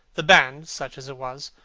the band, such as it was,